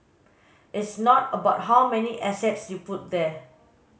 it's not about how many assets you put there